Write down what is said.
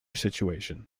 situation